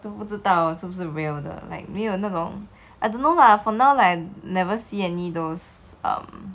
都不知道是不是 real 的 like 没有那种 I don't know lah for now like never see any those um